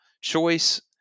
choice